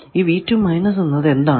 ഈ എന്നത് എന്താണ്